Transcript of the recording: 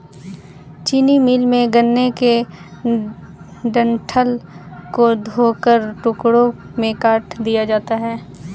चीनी मिल में, गन्ने के डंठल को धोकर टुकड़ों में काट दिया जाता है